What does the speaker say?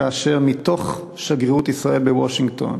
כאשר מתוך שגרירות ישראל בוושינגטון